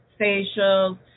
facials